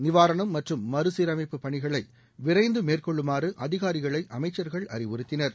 நிவாரணம் மற்றும் மறுசீரமைப்பு பணிகளை விரைந்து மேற்கொள்ளுமாறு அதிகாரிகளை அமைச்சா்கள் அறிவுறுத்தினர்